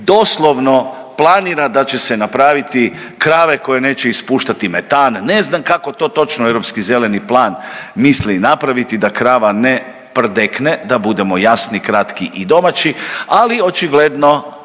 doslovno planira da će se napraviti krave koje neće ispuštati metan. Ne znam kako to točno europski zeleni plan misli napraviti da krava ne prdekne, da budemo jasni, kratki i domaći ali očigledno